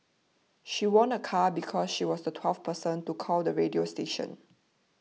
she won a car because she was the twelfth person to call the radio station